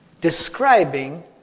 describing